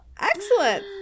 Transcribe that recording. Excellent